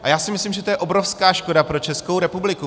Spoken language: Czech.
A já si myslím, že to je obrovská škoda pro Českou republiku.